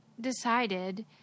decided